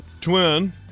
twin